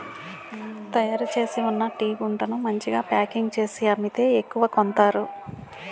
తయారుచేసి ఉన్న టీగుండను మంచిగా ప్యాకింగ్ చేసి అమ్మితే ఎక్కువ కొంతారు